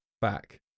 back